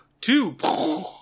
two